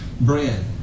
bread